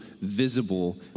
visible